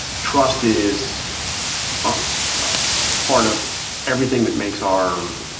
trust is ah a part of everything that makes our